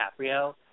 DiCaprio